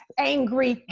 angry,